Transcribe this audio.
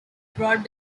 brought